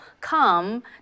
come